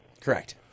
Correct